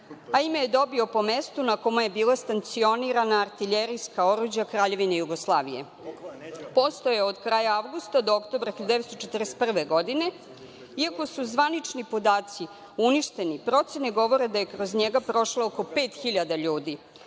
a ime je dobio po mestu na kome je bila stacionirana artiljerijska oruđa Kraljevine Jugoslavije. Postojao je od kraja avgusta do oktobra 1941. godine. Iako su zvanični podaci uništeni, procene govore da je kroz njega prošlo oko 5.000 ljudi.